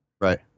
Right